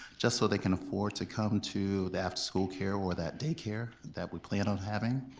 just so they can afford to come to the after school care or that daycare that we plan on having?